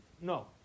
No